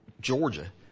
georgia